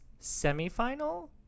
semifinal